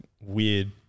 weird